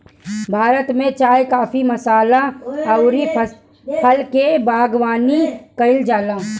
भारत में चाय, काफी, मसाला अउरी फल के बागवानी कईल जाला